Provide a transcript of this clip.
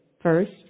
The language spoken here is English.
First